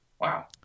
Wow